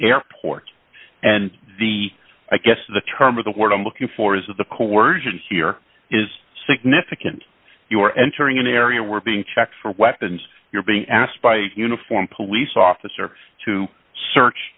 airport and the i guess the term of the word i'm looking for is the coersion here is significant you're entering an area where being checked for weapons you're being asked by uniformed police officer to search